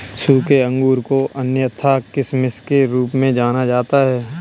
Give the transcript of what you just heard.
सूखे अंगूर को अन्यथा किशमिश के रूप में जाना जाता है